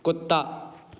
कुत्ता